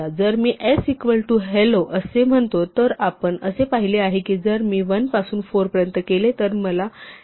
जर मी s equal to hello असे म्हणतो तर आपण असे पाहिले आहे की जर मी 1 पासून 4 पर्यंत केले तर मला ell मिळेल